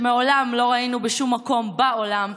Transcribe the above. שמעולם לא ראינו בשום מקום בעולם.